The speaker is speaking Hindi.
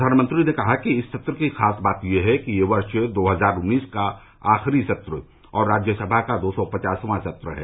प्रधानमंत्री ने कहा कि इस सत्र की खास बात यह है कि यह वर्ष दो हजार उन्नीस का आखिरी सत्र और राज्यसभा का दो सौ पचासवां सत्र है